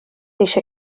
eisiau